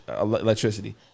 electricity